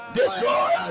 destroy